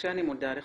משה, אני מודה לך.